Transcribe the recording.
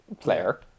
player